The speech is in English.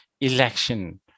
election